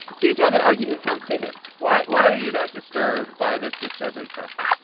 here's how the argument sounds to him why why are you not disturbed by this disturbing practice?